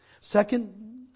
Second